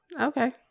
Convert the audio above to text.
okay